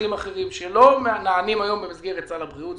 צרכים אחרים שלא נענים היום במסגרת סל הבריאות.